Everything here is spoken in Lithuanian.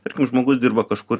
tarkim žmogus dirba kažkur